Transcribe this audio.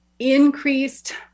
increased